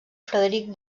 frederic